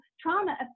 trauma